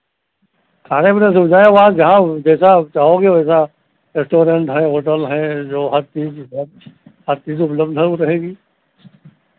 खाने पीने सुविधा है वहां जहाँ जैसा आप चाहोगे वैसा रेस्टोरेंट है होटल है जो हर चीज़ उधर हर चीज़ उपलब्ध है उधर ही